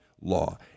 law